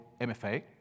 MFA